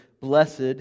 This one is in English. blessed